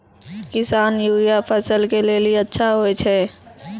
किसान यूरिया फसल के लेली अच्छा होय छै?